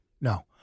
No